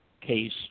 case